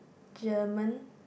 German